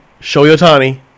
Shoyotani